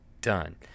done